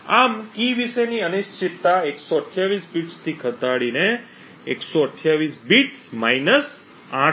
આમ કી વિશેની અનિશ્ચિતતા 128 બિટ્સથી ઘટાડીને '128 બિટ્સ માઇનસ 8' થાય છે